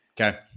Okay